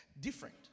different